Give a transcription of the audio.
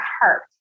heart